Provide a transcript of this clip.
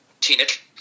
teenage